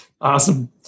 awesome